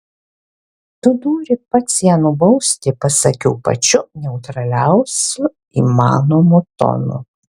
tu nori pats ją nubausti pasakiau pačiu neutraliausiu įmanomu tonu